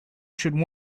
should